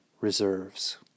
reserves